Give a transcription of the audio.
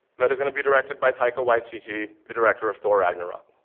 that is going to be directed by taika waititi, the director of thor ragnarok.